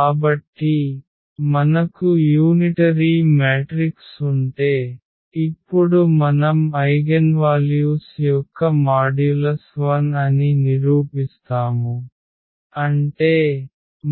కాబట్టి మనకు unitary matrix ఉంటే ఇప్పుడు మనం ఐగెన్వాల్యూస్ యొక్క మాడ్యులస్ 1 అని నిరూపిస్తాము అంటే